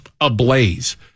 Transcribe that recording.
ablaze